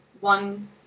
one